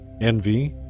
envy